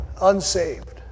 Unsaved